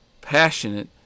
passionate